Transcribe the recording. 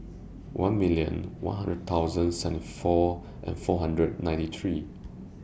one million one hundred thousand seventy four and four hundred and ninety three